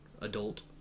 adult